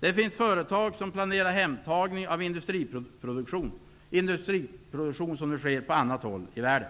Det finns företag som planerar hemtagning av industriproduktion som nu sker på annat håll i världen.